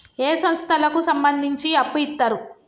ఏ సంస్థలకు సంబంధించి అప్పు ఇత్తరు?